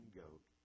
goat